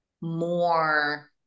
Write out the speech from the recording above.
more